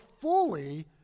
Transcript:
fully